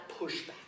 pushback